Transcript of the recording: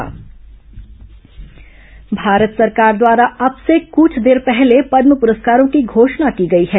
पदम पुरस्कार भारत सरकार द्वारा अब से कुछ देर पहले पदम पुरस्कारों की घोषणा की गई है